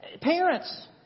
Parents